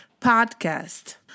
podcast